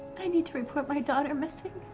i need to report my daughter missing.